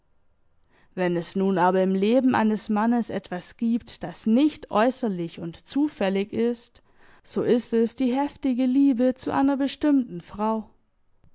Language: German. wenn es nun aber im leben eines mannes etwas gibt das nicht äußerlich und zufällig ist so ist es die heftige liebe zu einer bestimmten frau